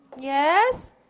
Yes